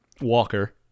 Walker